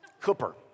Cooper